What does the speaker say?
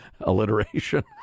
alliteration